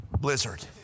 blizzard